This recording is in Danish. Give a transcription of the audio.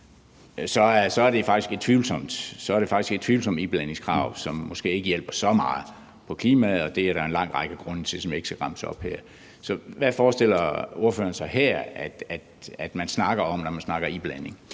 så er det faktisk et tvivlsomt iblandingskrav, som måske ikke hjælper så meget på klimaet, og det er der en lang række grunde til, som jeg ikke skal remse op her. Så hvad forestiller ordføreren sig man snakker om, når man snakker iblanding?